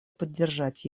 поддержать